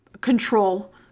control